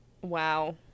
Wow